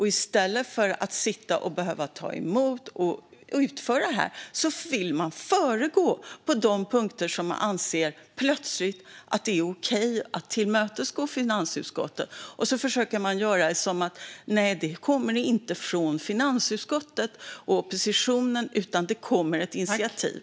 I stället för att behöva ta emot och utföra detta vill man föregå oss på de punkter som man plötsligt anser vara okej att tillmötesgå finansutskottet. Sedan försöker man få det att verka som att det inte kommer från finansutskottet och oppositionen utan att man själv kommer med ett initiativ.